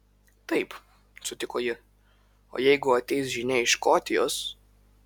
taip sutiko ji o jeigu ateis žinia iš škotijos